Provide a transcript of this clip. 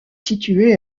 située